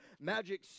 magic